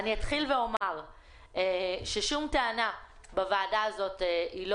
אני אתחיל אומר ששום טענה בוועדה הזאת לא